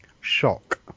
Shock